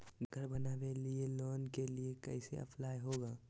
घर बनावे लिय लोन के लिए कैसे अप्लाई होगा?